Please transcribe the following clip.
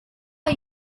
are